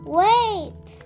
wait